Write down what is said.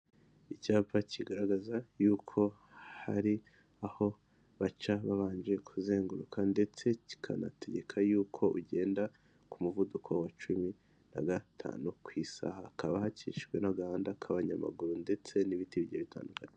Icyapa kigaragaza yuko hari aho baca babanje kuzenguruka ndetse kikanategeka yuko ugenda ku muvuduko wa cumi na gatanu ku isaha, hakaba hakikijwe n'agahanda k'abanyamaguru ndetse n'ibiti bigiye bitandukanye.